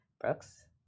Brooks